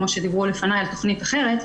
כמו שדיברו לפניי על תכנית אחרת,